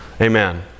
amen